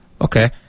Okay